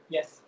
Yes